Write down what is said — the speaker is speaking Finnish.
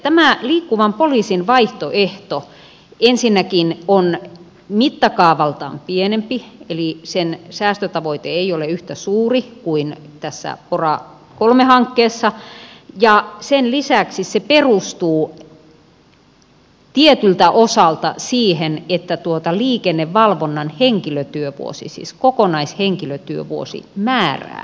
tämä liikkuvan poliisin vaihtoehto ensinnäkin on mittakaavaltaan pienempi eli sen säästötavoite ei ole yhtä suuri kuin tässä pora iii hankkeessa ja sen lisäksi se perustuu tietyltä osalta siihen että tuota liikennevalvonnan kokonaishenkilötyövuosimäärää vähennettäisiin